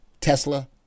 Tesla